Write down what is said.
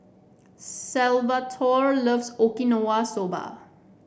Salvatore loves Okinawa Soba